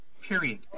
period